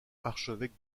archevêque